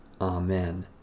Amen